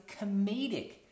comedic